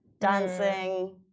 dancing